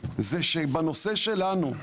זה שבנושא שלנו,